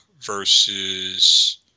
versus